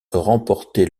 remporté